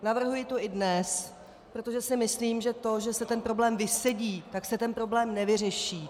Navrhuji to i dnes, protože si myslím, že to, že se ten problém vysedí, tak se ten problém nevyřeší.